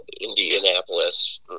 Indianapolis